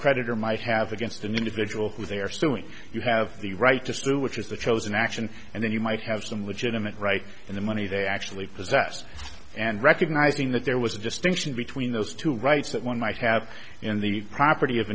creditor might have against an individual who they're suing you have the right to sue which is the chosen action and then you might have some legitimate right in the money they actually possess and recognizing that there was a distinction between those two rights that one might have in the property of